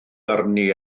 arni